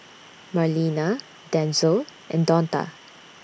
Marlena Denzel and Donta